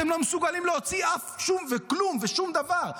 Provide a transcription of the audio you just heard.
אתם לא מסוגלים להוציא אף שום וכלום ושום דבר.